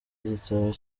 igitabo